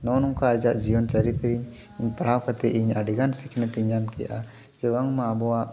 ᱱᱚᱜᱼᱚᱸᱭ ᱱᱚᱝᱠᱟ ᱟᱡᱟᱜ ᱡᱤᱭᱚᱱ ᱪᱟᱨᱤᱛ ᱨᱮᱧ ᱯᱟᱲᱦᱟᱣ ᱠᱟᱛᱮ ᱤᱧ ᱟᱹᱰᱤ ᱜᱟᱱ ᱥᱤᱠᱱᱟᱹᱛ ᱤᱧ ᱧᱟᱢ ᱠᱮᱜᱼᱟ ᱪᱮ ᱵᱟᱝᱢᱟ ᱟᱵᱚᱣᱟᱜ